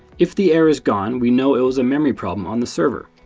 if the error is gone, we know it was a memory problem on the server.